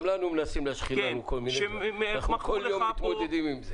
גם לנו מנסים להשחיל כל מיני --- אנחנו כל יום מתמודדים עם זה.